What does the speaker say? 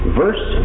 verse